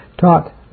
taught